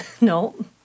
No